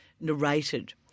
narrated